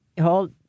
hold